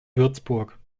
würzburg